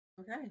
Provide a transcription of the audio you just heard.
okay